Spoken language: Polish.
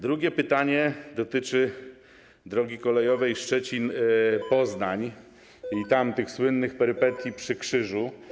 Drugie pytanie dotyczy drogi kolejowej Szczecin - Poznań i tych słynnych perypetii przy Krzyżu.